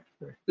right